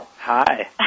Hi